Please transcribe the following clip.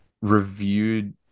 reviewed